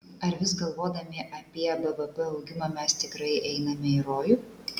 ar vis galvodami apie bvp augimą mes tikrai einame į rojų